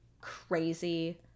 crazy